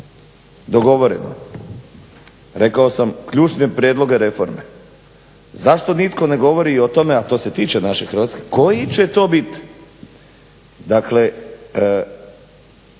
dogovoreno, rekao sam ključne prijedloge reforme. Zašto nitko ne govori o tome, a to se tiče naše Hrvatske, koji će to bit, dakle